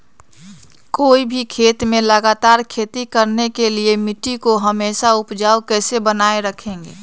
कोई भी खेत में लगातार खेती करने के लिए मिट्टी को हमेसा उपजाऊ कैसे बनाय रखेंगे?